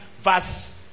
verse